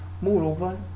Moreover